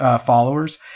followers